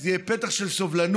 זה יהיה פתח של סובלנות,